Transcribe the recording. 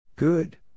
Good